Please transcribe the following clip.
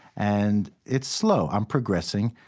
and it's slow. i'm progressing,